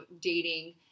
dating